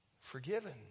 forgiven